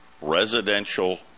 residential